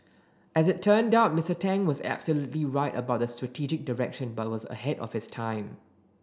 as it turned out Mister Tang was absolutely right about the strategic direction but was ahead of his time